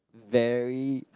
very